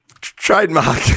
trademark